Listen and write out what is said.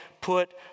put